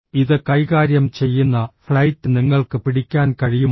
ഇത് കൈകാര്യം ചെയ്യുന്ന ഫ്ലൈറ്റ് നിങ്ങൾക്ക് പിടിക്കാൻ കഴിയുമോ